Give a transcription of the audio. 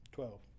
Twelve